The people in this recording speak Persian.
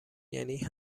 یعنی